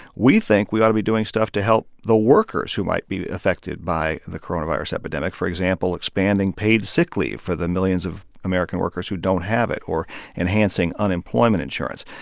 we think we ought to be doing stuff to help the workers who might be affected by the coronavirus epidemic for example, expanding paid sick leave for the millions of american workers who don't have it or enhancing unemployment insurance.